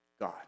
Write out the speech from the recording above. God